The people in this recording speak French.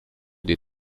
des